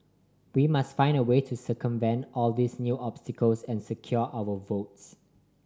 we must find a way to circumvent all these new obstacles and secure our votes